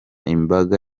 imbaga